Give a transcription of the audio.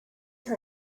her